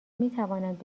میتوانند